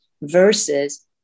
versus